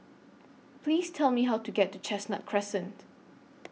Please Tell Me How to get to Chestnut Crescent